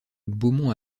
beaumont